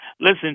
Listen